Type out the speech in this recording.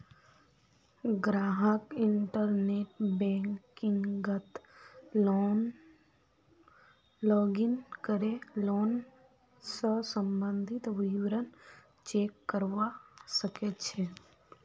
ग्राहक इंटरनेट बैंकिंगत लॉगिन करे लोन स सम्बंधित विवरण चेक करवा सके छै